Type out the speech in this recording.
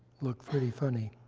look pretty funny.